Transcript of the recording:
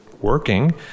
working